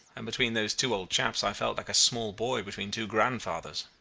and between those two old chaps i felt like a small boy between two grandfathers.